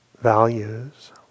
values